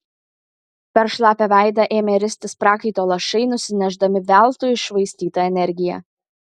per šlapią veidą ėmė ristis prakaito lašai nusinešdami veltui iššvaistytą energiją